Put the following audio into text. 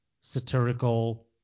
satirical